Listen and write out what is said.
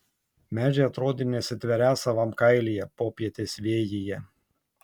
medžiai atrodė nesitverią savam kailyje popietės vėjyje